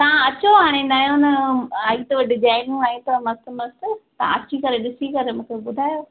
तव्हां अचो हाणे नओं नओं आई अथव डिजाइनियूं आहियूं अथव मस्तु मस्तु तव्हां अची करे ॾिसी करे मूंखे ॿुधायो